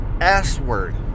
S-word